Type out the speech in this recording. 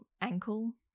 ankle